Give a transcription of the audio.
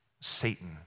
Satan